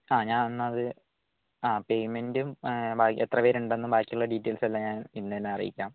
ആ ഞാൻ എന്നാൽ ആ പേയ്മെൻറ്റും എത്ര പേര് ഉണ്ടെന്നും ബാക്കിയുള്ള ഡീറ്റെയിൽസ് എല്ലാം ഞാൻ ഇന്ന് തന്നെ അറിയിക്കാം